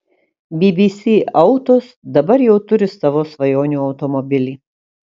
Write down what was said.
bbc autos dabar jau turi savo svajonių automobilį